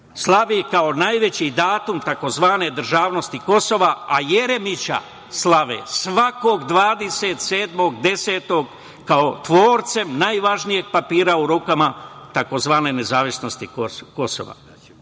slavi kao najveći datum tzv. „državnosti Kosova“, a Jeremića slave svakog 27. oktobra kao tvorcem najvažnijeg papira u rukama tzv. „nezavisnosti